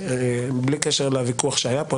בלי קשר לוויכוח היה כאן,